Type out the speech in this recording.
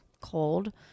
cold